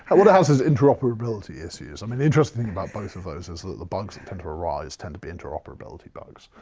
i wonder how so it's interoperability issues, i mean interesting about both of those is that the bugs that tend to arise tend to be interoperability bugs.